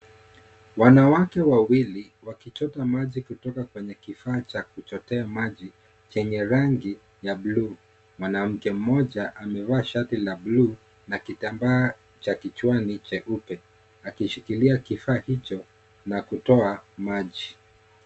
Wanawake wawili wakichota maji kutoka kwenye kifaa cha kuchotea maji chenye rangi ya bluu. Mwanamke mmoja amevaa shati la bluu, na kitambaa cha kichwani cheupe akishikilia kifaa hicho na kutoa maji.